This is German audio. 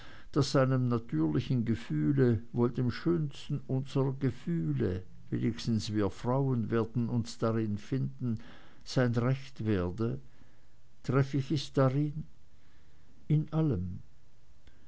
daß einem natürlichen gefühl wohl dem schönsten unserer gefühle wenigstens wir frauen werden uns darin finden sein recht werde treff ich es darin in allem